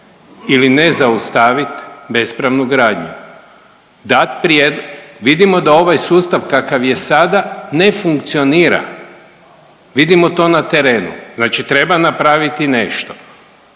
ili ne zaustavit bespravnu gradnju. Dat … vidimo da ovaj sustav kakav je sada ne funkcionira, vidimo to na terenu znači treba napraviti nešto.